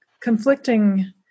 conflicting